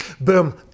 Boom